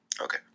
Okay